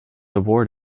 award